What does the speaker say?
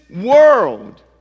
world